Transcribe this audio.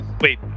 Wait